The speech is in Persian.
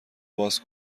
باز